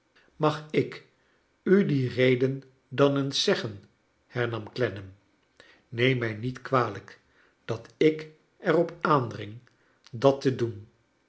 mag ik u die reden dan eens zeggen hernam clennam neem mij niet kwalijk dat ik er op aandring dat te doen